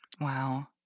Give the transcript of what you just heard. Wow